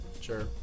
Sure